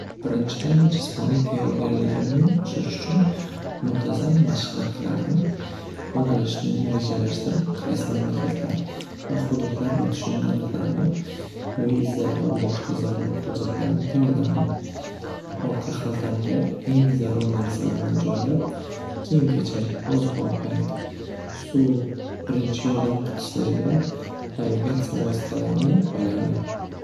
Birinchidan jismoniy tayyorgalikimni oshirish uchun muntazam mashqlar qilardim. Yo'nalishni rejalashtirib, qaysi mamlakatlar va hududlar o'tishini aniqlardim. Viza va boshqa zarur hujjatlarni tayyorlardim. Orqa haltamga eng zarur narsalarni joylab, kiyim kechak, oziq ovqat, suv, birinchi yordam qutisi va navigatsiya vositalarini joylardim.